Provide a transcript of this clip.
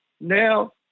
now